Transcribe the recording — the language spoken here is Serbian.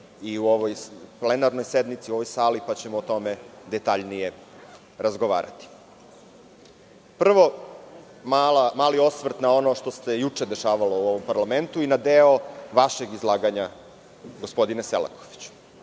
i u ovoj plenarnoj sednici, u ovoj sali, pa ćemo o tome detaljnije razgovarati. Prvo mali osvrt na ono što se juče dešavalo u ovom parlamentu i na deo vašeg izlaganja, gospodine Selakoviću.